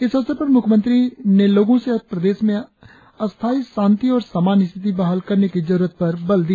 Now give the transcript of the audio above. इस अवसर पर मुख्यमंत्री लोगो से प्रदेश में स्थायी शांती और सामान्य स्थिति बहाल करने की जरूरत पर बल दिया